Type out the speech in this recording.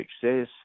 success